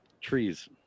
Trees